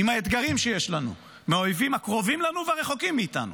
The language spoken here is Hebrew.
עם האתגרים שיש לנו מהאויבים הקרובים לנו והרחוקים מאיתנו